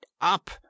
up